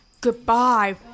goodbye